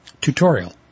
Tutorial